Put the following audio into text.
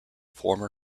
former